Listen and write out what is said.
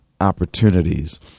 opportunities